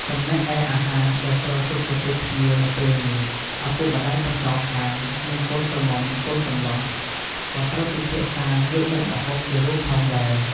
ចំណែកឯអាហារដែលត្រូវទុកទទួលភ្ញៀវនៅពេលល្ងាច ឪពុកម្តាយទាំងសងខាង និងកូនក្រមុំកូនកំលោះក៏ត្រូវពិភាក្សាយកមុខម្ហូបជារួមផងដែរ។